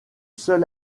seul